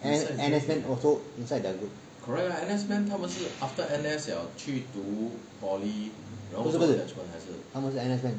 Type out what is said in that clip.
N_S N_S man also inside their group 不是不是他们是 N_S man